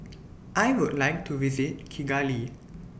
I Would like to visit Kigali